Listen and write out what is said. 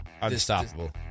Unstoppable